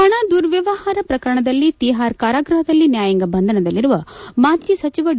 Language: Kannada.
ಹಣ ದುರ್ವವ್ಯವಹಾರ ಪ್ರಕರಣದಲ್ಲಿ ತಿಹಾರ್ ಕಾರಾಗೃಹದಲ್ಲಿ ನ್ಯಾಯಾಂಗ ಬಂಧನದಲ್ಲರುವ ಮಾಜ ಸಚವ ಡಿ